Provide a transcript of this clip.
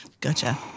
Gotcha